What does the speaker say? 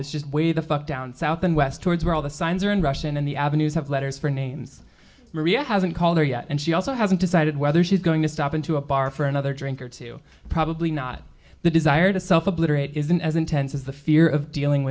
just way the fuck down south and west towards where all the signs are in russian and the avenues have letters for names maria hasn't called her yet and she also hasn't decided whether she's going to stop into a bar for another drink or two probably not the desire to self obliterate isn't as intense as the fear of dealing